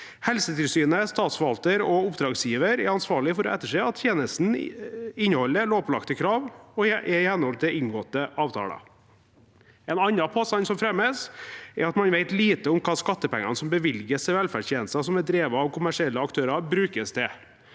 Helsetilsynet, statsforvalter og oppdragsgiver er ansvarlig for å etterse at tjenesten inneholder lovpålagte krav og er i henhold til inngåtte avtaler. En annen påstand som fremmes, er at man vet lite om hva skattepengene som bevilges til velferdstjenester som er drevet av kommersielle aktører, brukes til.